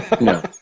no